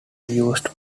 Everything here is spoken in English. used